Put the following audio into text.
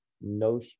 no